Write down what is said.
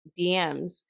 DMs